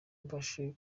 mbashe